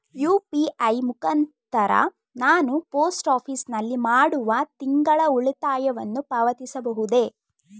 UPI ಮುಖಾಂತರ ನಾನು post office ನಲ್ಲಿ ಮಾಡುವ ತಿಂಗಳ ಉಳಿತಾಯವನ್ನು ಪಾವತಿಸಬಹುದೇ?